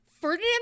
Ferdinand